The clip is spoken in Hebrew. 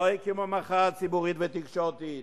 לא הקימו מחאה ציבורית ותקשורתית,